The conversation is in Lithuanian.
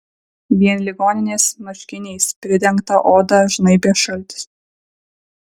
vien ligoninės marškiniais pridengtą odą žnaibė šaltis